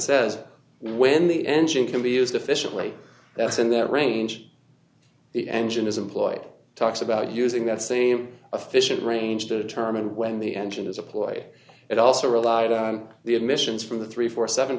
says when the engine can be used efficiently that's in that range the engine is employ talks about using that same official range to determine when the engine is a ploy it also relied on the emissions from the three four seven